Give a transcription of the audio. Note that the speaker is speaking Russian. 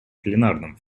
пленарном